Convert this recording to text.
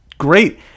great